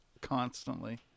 constantly